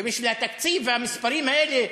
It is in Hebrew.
ובשביל התקציב והמספרים האלה,